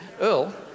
Earl